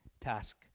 task